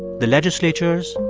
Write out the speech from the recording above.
the legislatures,